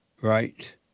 Right